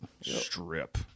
Strip